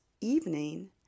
evening